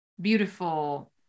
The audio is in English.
beautiful